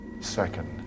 Second